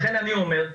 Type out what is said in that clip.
לכן אני אומר,